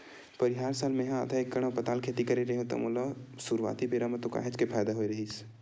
परिहार साल मेहा आधा एकड़ म पताल खेती करे रेहेव त ओमा मोला सुरुवाती बेरा म तो काहेच के फायदा होय रहिस